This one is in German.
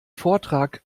vortrag